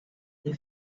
they